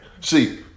See